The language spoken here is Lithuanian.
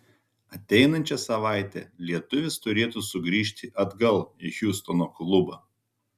ateinančią savaitę lietuvis turėtų sugrįžti atgal į hjustono klubą